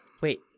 Wait